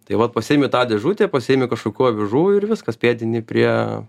tai vat pasiimi tą dėžutę pasiimti kažkokių avižų ir viskas pėdini prie